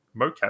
mocap